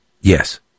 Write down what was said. Yes